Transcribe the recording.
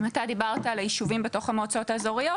אם אתה דיברת על הישובים בתוך המועצות האזוריות,